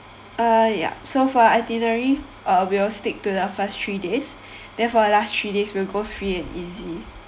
uh ya so for itinerary uh we will stick to the first three days then for our last three days will go free and easy